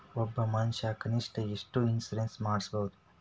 ಒಬ್ಬ ಮನಷಾ ಕನಿಷ್ಠ ಎಷ್ಟ್ ಇನ್ಸುರೆನ್ಸ್ ಮಾಡ್ಸ್ಬೊದು?